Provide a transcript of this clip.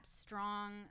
strong